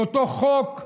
עם אותו חוק מרושע,